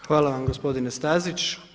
Hvala vam gospodine Stazić.